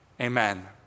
amen